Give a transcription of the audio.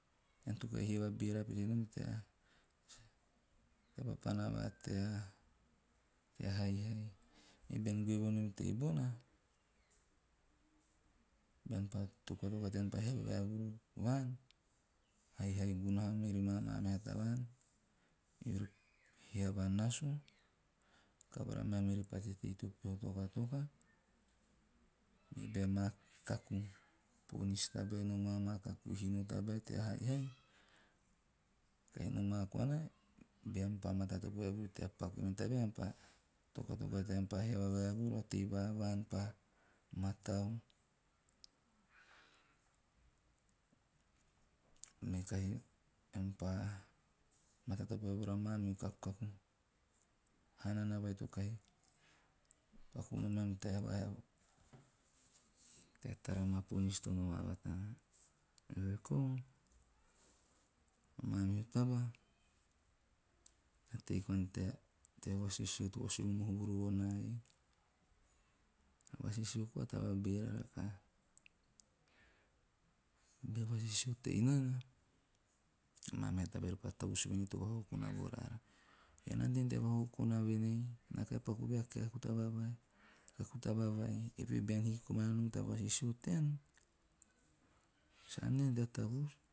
Tea papana va tea haihai. Ei bean goe vonom tebona, bea tokatoka tean pa hiava vaevuru vaan, haihai gunaha mee rima a maa meha tavaan. Beori hiava nasu, kavara meam pateteiteo peha tokatoka, me bea ma kaku ponis tabae pa tokatoka team pa hiava vaevuru, mea tei va vaan pa mataau me kahi ean pa matatopo vaevuru amamihu kakukaku hanana vai to kahi paku nomean tea haihai tea tara maa ponis vai to to noma batana. Eve he kou, mamihu taba na tei koana tea vasisio, topa sue momohu vuru vo naa isi. Vasisio koa a taba beera rakaha. Bea vasisio tei nana, amaa meha taba repa tavus voen to vakokona vo raara. Ean na ante nom tea gono a vakokona voen ei "naa kahi paku voe a kaku taba vai, eve he bean hikikomana nom ta vasisio tean, sa ante haana tea tavus.